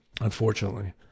unfortunately